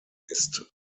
ist